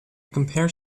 compare